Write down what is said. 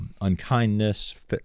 Unkindness